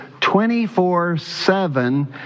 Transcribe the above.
24-7